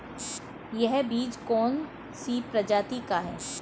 यह बीज कौन सी प्रजाति का है?